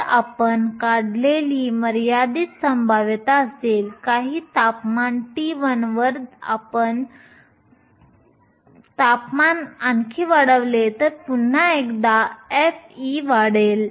तर आपण काढलेली मर्यादित संभाव्यता असेल काही तापमान T1 वर असेल जर आपण तापमान आणखी वाढवले तर पुन्हा एकदा f वाढेल